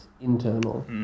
internal